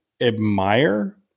admire